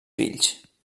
fills